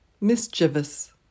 mischievous